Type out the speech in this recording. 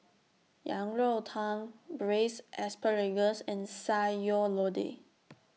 Yang Rou Tang Braised Asparagus and Sayur Lodeh